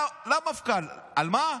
על מה?